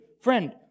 friend